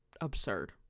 absurd